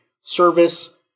service